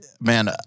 man